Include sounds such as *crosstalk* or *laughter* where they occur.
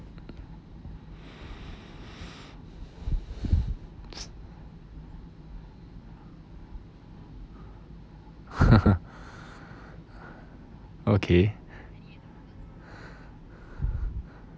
*noise* *laughs* okay